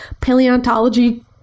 paleontology